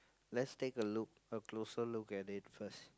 let's take a look a closer look at it first